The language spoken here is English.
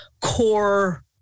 core